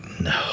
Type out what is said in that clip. no